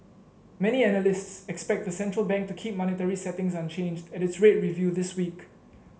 many analysts expect the central bank to keep monetary settings unchanged at its rate review this week